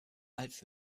als